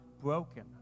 broken